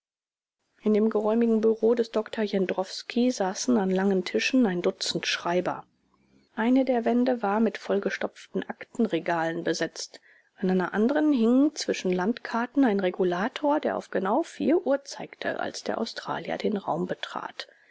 in dem geräumigen büro des dr jendrowski saßen an langen tischen ein dutzend schreiber eine der wände war mit vollgestopften aktenregalen besetzt an einer anderen hing zwischen landkarten ein regulator der auf genau vier uhr zeigte als der australier den raum betrat